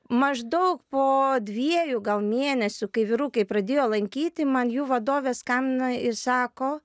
maždaug po dviejų gal mėnesių kai vyrukai pradėjo lankyti man jų vadovė skambina ir sako